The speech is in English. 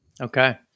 okay